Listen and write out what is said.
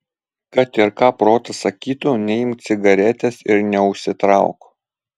kad ir ką protas sakytų neimk cigaretės ir neužsitrauk